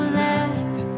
left